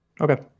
Okay